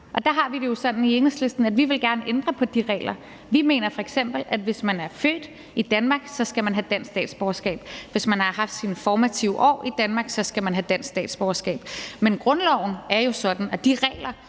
Der har vi det jo sådan i Enhedslisten, at vi gerne vil ændre på de regler. Vi mener f.eks., at hvis man er født i Danmark, skal man have dansk statsborgerskab, og at hvis man har haft sine formative år i Danmark, skal man have dansk statsborgerskab. Men grundloven er jo sådan, og de regler,